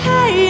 Hey